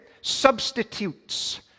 Substitutes